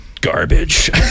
garbage